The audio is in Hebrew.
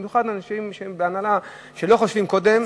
במיוחד אנשים שהם בהנהלה, שלא חושבים קודם.